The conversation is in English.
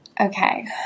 Okay